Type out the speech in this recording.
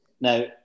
Now